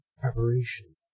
preparation